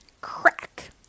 Crack